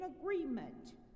agreement